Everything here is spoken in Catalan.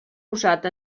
usat